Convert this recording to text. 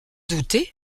doutez